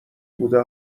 بوده